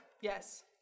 Yes